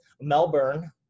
Melbourne